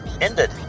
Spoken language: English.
ended